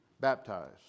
baptized